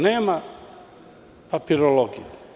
Nema papirologije.